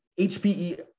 HPE